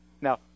Now